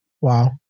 Wow